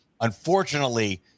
Unfortunately